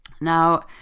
Now